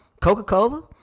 Coca-Cola